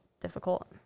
difficult